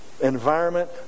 environment